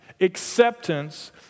acceptance